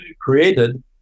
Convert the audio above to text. created